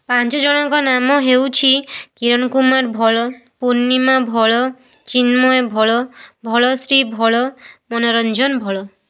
ପାଞ୍ଚ ଜଣଙ୍କ ନାମ ହେଉଛି କିରନ କୁମାର ଭୋଳ ପୂର୍ଣ୍ଣିମା ଭୋଳ ଚିନ୍ମୟ ଭୋଳ ଭୋଳଶ୍ରୀ ଭୋଳ ମନୋରଞ୍ଜନ ଭୋଳ